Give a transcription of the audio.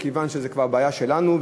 מכיוון שזו כבר בעיה שלנו.